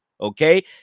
okay